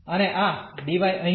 અને આ dy અહીં છે